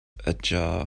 ajar